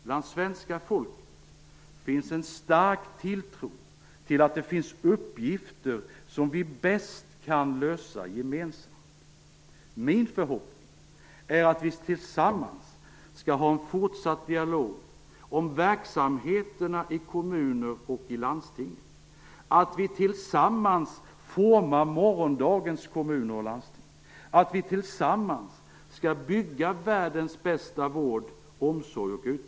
Bland svenska folket finns en stark tilltro till att det finns uppgifter som vi bäst kan lösa gemensamt. Min förhoppning är att vi tillsammans skall ha en fortsatt dialog om verksamheterna i kommuner och landsting, att vi tillsammans skall forma morgondagens kommuner och landsting, att vi tillsammans skall bygga världens bästa vård, omsorg och utbildning.